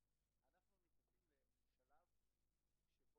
היום 17 בדצמבר 2018, ט' בטבת התשע"ט, השעה